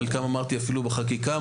חלקם אפילו בחקיקה,